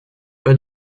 pas